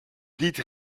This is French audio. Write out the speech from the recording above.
dites